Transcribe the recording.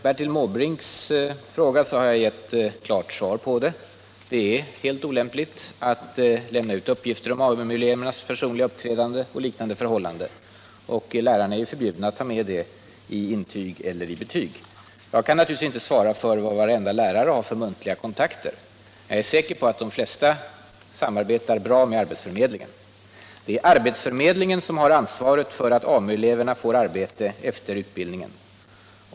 Bertil Måbrinks fråga har jag gett klart svar på: Det är helt olämpligt att lämna ut uppgifter om AMU-elevernas personliga uppträdande och liknande förhållanden. Och lärarna är förbjudna att ta med sådana uppgifter i intyg och betyg. Jag kan naturligtvis inte svara för vad varenda lärare har för muntliga kontakter. Men jag är säker på att de flesta samarbetar bra med arbetsförmedlingen. Det är arbetsförmedlingen som har ansvaret för att AMU-eleverna får arbete efter utbildningen.